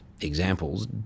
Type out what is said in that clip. Examples